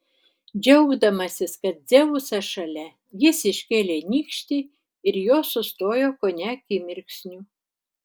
džiaugdamasis kad dzeusas šalia jis iškėlė nykštį ir jos sustojo kone akimirksniu